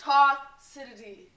Toxicity